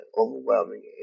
overwhelming